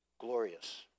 Glorious